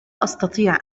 أستطيع